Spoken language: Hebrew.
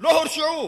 לא הורשעו.